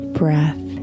breath